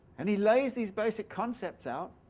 and he lays these basic concepts out,